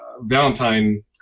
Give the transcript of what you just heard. Valentine